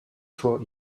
for